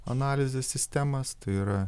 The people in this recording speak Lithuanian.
analizės sistemas tai yra